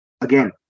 again